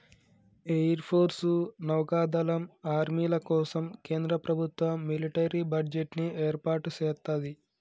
air force, నౌకా దళం, ఆర్మీల కోసం కేంద్ర ప్రభుత్వం మిలిటరీ బడ్జెట్ ని ఏర్పాటు సేత్తది